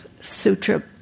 sutra